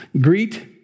Greet